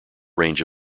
range